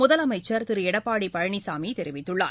முதலமைச்சர் திரு எடப்பாடி பழனிசாமி தெரிவித்துள்ளார்